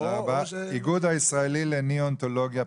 האיגוד הישראלי לניאונטולוגיה,